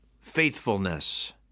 faithfulness